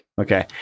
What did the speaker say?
Okay